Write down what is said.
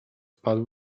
padł